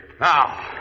Now